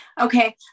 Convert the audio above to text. Okay